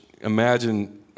imagine